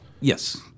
Yes